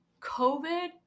COVID